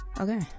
okay